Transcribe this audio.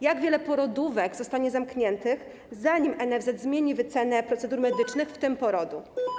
Jak wiele porodówek zostanie zamkniętych, zanim NFZ zmieni wycenę procedur medycznych, w tym porodu?